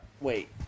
wait